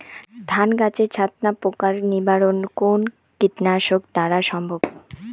ধান গাছের ছাতনা পোকার নিবারণ কোন কীটনাশক দ্বারা সম্ভব?